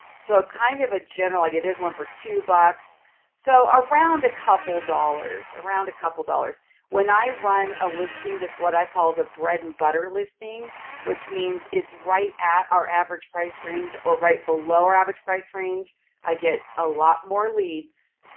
so kind of a general idea there's one for two bucks so around a couple dollars around a couple dollars when i run a listing that's what i call is a bread-and-butter listing which means it's right at our average price range or right below our average price range i get a lot more leads